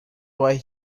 why